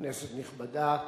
כנסת נכבדה,